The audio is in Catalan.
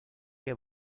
què